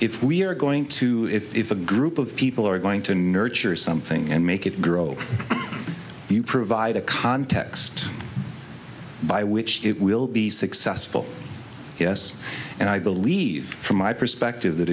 if we're going to if a group of people are going to nurture something and make it grow you provide a context by which it will be successful yes and i believe from my perspective that